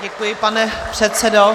Děkuji, pane předsedo.